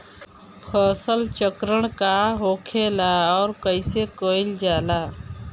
फसल चक्रण का होखेला और कईसे कईल जाला?